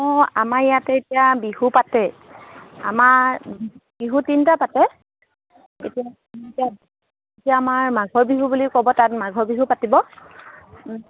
অঁ আমাৰ ইয়াতে এতিয়া বিহু পাতে আমাৰ বিহু তিনিটা পাতে এতিয়া এতিয়া আমাৰ মাঘৰ বিহু বুলি ক'ব তাত মাঘৰ বিহু পাতিব